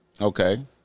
Okay